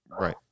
Right